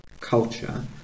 culture